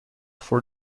for